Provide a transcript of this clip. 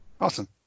Awesome